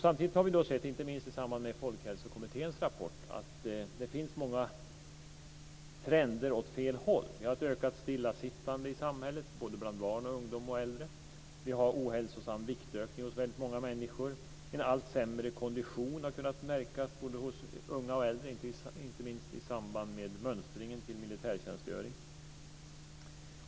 Samtidigt har vi sett, inte minst i samband med Folkhälsokommitténs rapport, att det finns många trender åt fel håll. Vi har ett ökat stillasittande i samhället; det gäller barn, ungdomar och äldre. Väldigt många människor har en ohälsosam viktökning. En allt sämre kondition har kunnat märkas hos både unga och äldre; det märks inte minst i samband med mönstring till militärtjänstgöring.